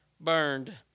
burned